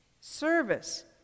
Service